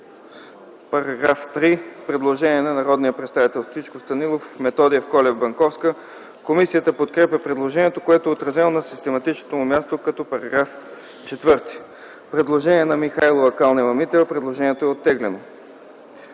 По § 3 има предложение на народните представители Стоичков, Станилов, Методиев, Колев и Банковска. Комисията подкрепя предложението, което е отразено на систематичното му място като § 4. Предложение на Михайлова и Калнева-Митева. Предложението е оттеглено.